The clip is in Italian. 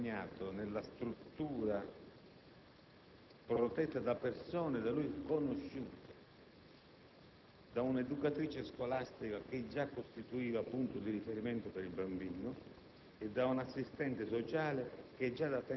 Il bambino venne accompagnato nella struttura protetta da persone da lui conosciute, da un'educatrice scolastica, che già costituiva punto di riferimento per il bambino,